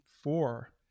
four